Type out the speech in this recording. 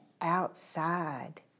outside